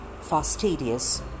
fastidious